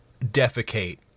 defecate